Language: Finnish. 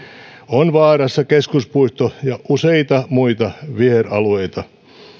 on vaarassa keskuspuisto ja useita muita viheralueita